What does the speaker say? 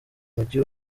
mujyi